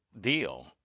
deal